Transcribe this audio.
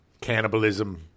Cannibalism